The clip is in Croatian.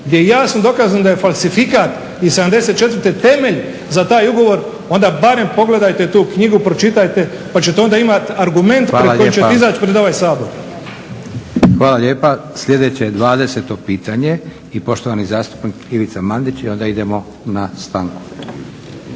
je jasno dokazano da je falsifikat iz '74. Temelj za taj ugovor onda barem pogledajte tu knjigu, pročitajte pa ćete onda imati argument pred koji ćete izaći pred ovaj Sabor. **Leko, Josip (SDP)** Hvala lijepa. Sljedeće 20 pitanje i poštovani zastupnik Ivica Mandić i onda idemo na stanku.